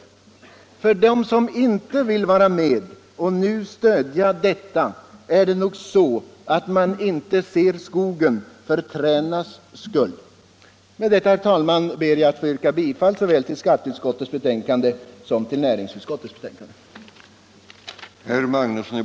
När det gäller dem som inte vill vara med och stödja detta är det nog så att de inte ser skogen för trädens skull. Med detta ber jag, herr talman, att få yrka bifall till såväl skatteutskottets hemställan i betänkandet nr 21 som näringsutskottets hemställan i betänkandet nr 34.